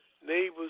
neighbors